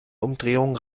umdrehung